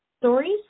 Stories